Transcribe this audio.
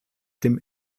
dem